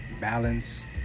balance